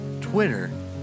Twitter